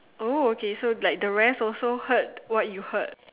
oh okay so like the rest also heard what you heard